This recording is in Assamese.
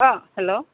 অঁ হেল্ল'